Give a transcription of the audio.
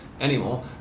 anymore